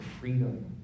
freedom